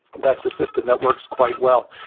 that's a system that works quite well.